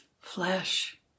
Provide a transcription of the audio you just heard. flesh